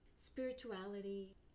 spirituality